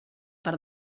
per